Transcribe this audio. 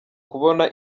kubona